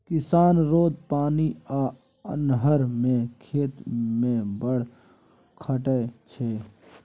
किसान रौद, पानि आ अन्हर मे खेत मे बड़ खटय छै